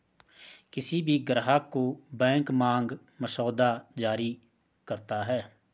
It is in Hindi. किसी भी ग्राहक को बैंक मांग मसौदा जारी करता है